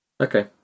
okay